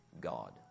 God